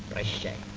a shit!